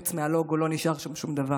חוץ מהלוגו לא נשאר שום דבר,